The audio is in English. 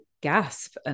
gasp